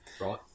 Right